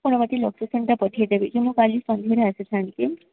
ଆପଣ ମୋତେ ଲୋକେସନ୍ଟା ପଠେଇ ଦେବେ କି ମୁଁ କାଲି ସନ୍ଧ୍ୟାରେ ଆସିଥାନ୍ତି